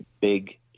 big